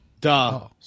duh